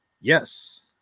Yes